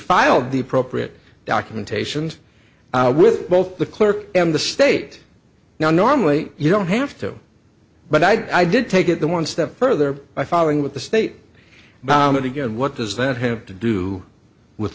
filed the appropriate documentations with both the clerk and the state now normally you don't have to but i did take it the one step further by following what the state mounted again what does that have to do with